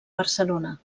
barcelona